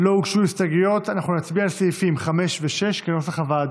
קבוצת סיעת יהדות התורה וקבוצת סיעת הציונות הדתית לסעיף 5 לא התקבלה.